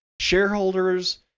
Shareholders